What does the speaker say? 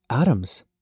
atoms